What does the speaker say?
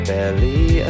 Barely